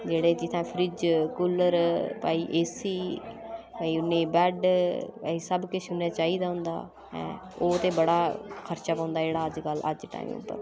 जेह्ड़े जित्थे fridge cooler भाई ए सी भाई उ'नेंई बैड भाई सब किश उ'नें चाहिदा होंदा ऐं ओह् ते बड़ा खर्चा पौंदा जेह्ड़ा अज्जकल अज्ज टाइम उप्पर